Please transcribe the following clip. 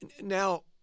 Now